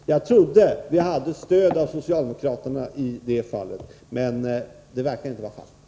Jag trodde att vi hade stöd från socialdemokraterna i det fallet, men det verkar inte så.